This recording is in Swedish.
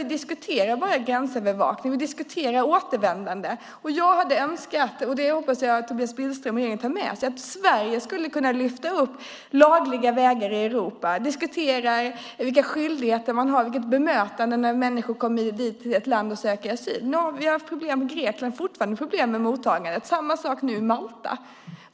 Vi diskuterar bara gränsövervakning och återvändande. Jag önskar - och jag hoppas att Tobias Billström och regeringen tar med sig detta - att Sverige kan lyfta upp frågan om lagliga vägar i Europa och diskutera skyldigheter och bemötande när människor söker asyl. Det är fortfarande problem med mottagandet i Grekland. Samma sak är det i Malta.